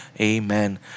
Amen